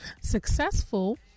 successful